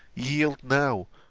yield now,